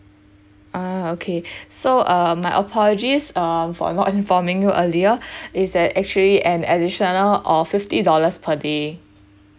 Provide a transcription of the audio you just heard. ah okay so uh my apologies um for not informing you earlier its uh actually an additional of fifty dollars per day